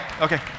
okay